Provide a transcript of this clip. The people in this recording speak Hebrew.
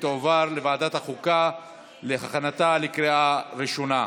ותועבר לוועדת החוקה להכנתה לקריאה ראשונה.